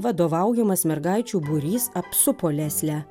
vadovaujamas mergaičių būrys apsupo leslę